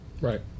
Right